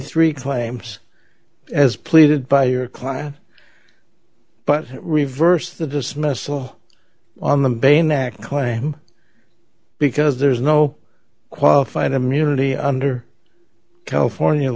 three claims as pleaded by your client but reverse the dismissal on the bain act claim because there's no qualified immunity under california